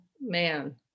man